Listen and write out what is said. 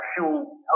actual